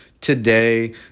today